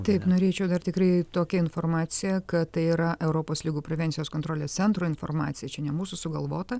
taip norėčiau dar tikrai tokią informaciją kad tai yra europos ligų prevencijos kontrolės centro informacija čia ne mūsų sugalvota